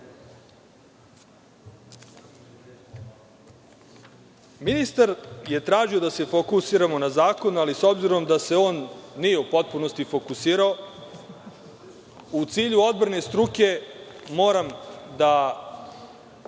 rešimo? Ministar je tražio da se fokusiramo na zakon, ali, s obzirom da se on nije u potpunosti fokusirao, u cilju odbrane struke moram da